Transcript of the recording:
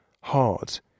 hard